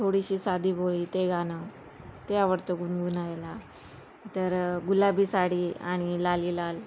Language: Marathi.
थोडीशी साधी भोळी ते गाणं ते आवडतं गुणगुणायला तर गुलाबी साडी आणि लाली लाल